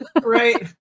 Right